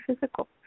physical